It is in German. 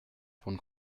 von